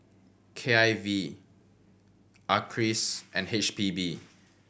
K I V Acres and H P B